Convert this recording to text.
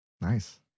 Nice